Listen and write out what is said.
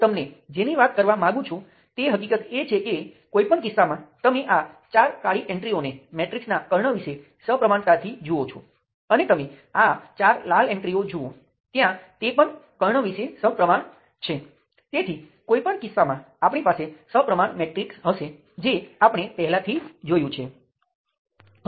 તેના વિશે વિચારવાની બીજી રીત એ છે કે પ્લેનર સર્કિટ એ દેશના પ્રાદેશિક નકશા જેવું છે જે પ્લેન પર દોરી શકાય છે અને તમારી પાસે એકબીજાને પાર કરતી સીમાઓ નથી આપણી પાસે આ છે આ એક નકશા જેવું છે